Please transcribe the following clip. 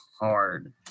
hard